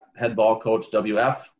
headballcoachwf